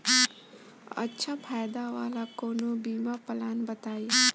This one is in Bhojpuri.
अच्छा फायदा वाला कवनो बीमा पलान बताईं?